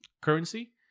currency